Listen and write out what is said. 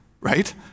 right